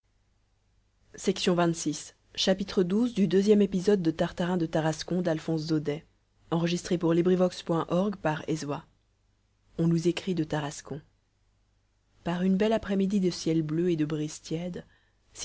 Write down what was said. xii on nous écrit de tarascon par une belle après-midi de ciel bleu et de brise tiède